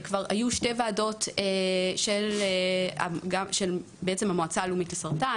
היו כבר שתי ועדות של המועצה הארצית לסרטן